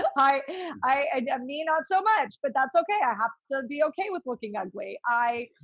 i i mean, not so much, but that's okay. i have to be okay with looking ugly. i,